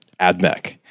Admech